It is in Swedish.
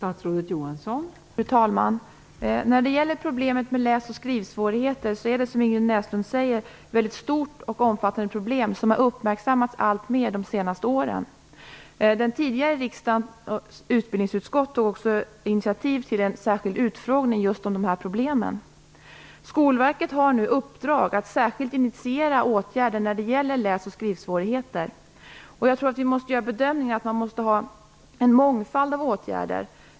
Fru talman! Problemet med läs och skrivsvårigheter är, precis som Ingrid Näslund säger, ett stort och omfattande problem; det har uppmärksammats alltmer under de senaste åren. Den tidigare riksdagens utbildningsutskott tog initiativ till en särskild utfrågning om just dessa problem. Skolverket har nu uppdrag att särskilt initiera åtgärder när det gäller läs och skrivsvårigheter. Man måste nog göra den bedömningen att det behövs en mångfald av åtgärder.